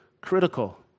critical